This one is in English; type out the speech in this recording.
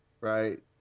right